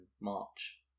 March